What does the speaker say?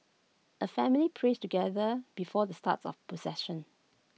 A family prays together before the starts of procession